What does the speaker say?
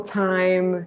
time